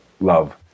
love